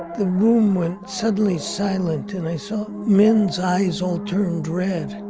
the room went suddenly silent and i saw men's eyes all turned red. and